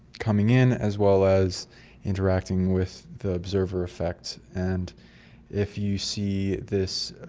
coming in as well as interacting with the observer effects, and if you see this